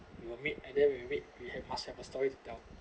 we will meet and then we wait we have must have a story to tell